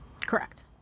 Correct